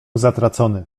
zatracony